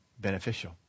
beneficial